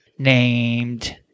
named